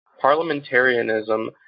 Parliamentarianism